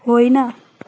होइन